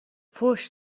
فحش